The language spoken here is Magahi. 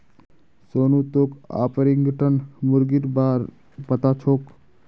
सोनू तोक ऑर्पिंगटन मुर्गीर बा र पता छोक